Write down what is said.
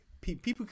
people